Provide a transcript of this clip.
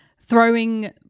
throwing